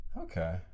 Okay